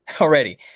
already